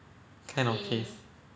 kind of thing